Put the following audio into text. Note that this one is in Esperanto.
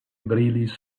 brilis